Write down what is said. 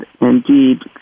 indeed